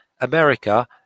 America